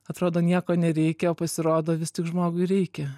atrodo nieko nereikia o pasirodo vis tik žmogui reikia